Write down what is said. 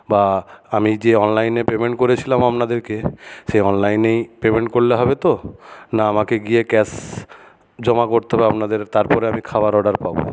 বা আমি যে অনলাইনে পেমেন্ট করেছিলাম আপনাদেরকে সেই অনলাইনেই পেমেন্ট করলে হবে তো না আমাকে গিয়ে ক্যাশ জমা করতে হবে আপনাদের তারপরে আমি খাবার অর্ডার পাবো